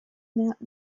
not